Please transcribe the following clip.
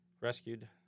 rescued